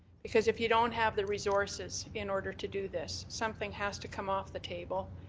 because if you don't have the resources in order to do this, something has to come off the table,